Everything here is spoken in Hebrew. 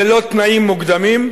ללא תנאים מוקדמים,